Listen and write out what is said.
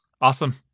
awesome